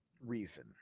reason